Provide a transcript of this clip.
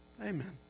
Amen